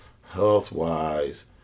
health-wise